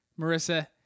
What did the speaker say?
Marissa